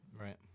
Right